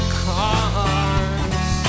cars